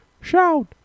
Shout